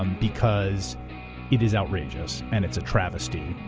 um because it is outrageous. and it's a travesty.